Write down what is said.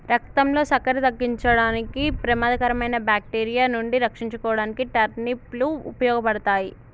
రక్తంలో సక్కెర తగ్గించడానికి, ప్రమాదకరమైన బాక్టీరియా నుండి రక్షించుకోడానికి టర్నిప్ లు ఉపయోగపడతాయి